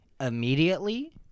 Immediately